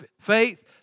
faith